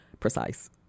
Precise